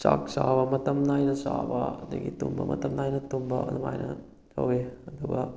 ꯆꯥꯛ ꯆꯥꯕ ꯃꯇꯝ ꯅꯥꯏꯅ ꯆꯥꯕ ꯑꯗꯨꯗꯒꯤ ꯇꯨꯝꯕ ꯃꯇꯝ ꯅꯥꯏꯅ ꯇꯨꯝꯕ ꯑꯗꯨꯃꯥꯏꯅ ꯇꯧꯏ ꯑꯗꯨꯒ